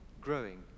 growing